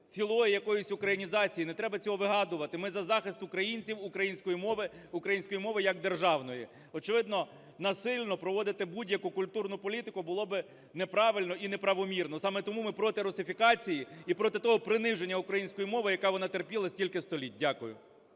цілої якоїсь українізації. Не треба цього вигадувати. Ми за захист українців, української мови, української мови як державної. Очевидно, насильно проводити будь-яку культурну політику було би неправильно і неправомірно. Саме тому ми проти русифікації і проти того приниження української мови, яка вона терпіла стільки століть. Дякую.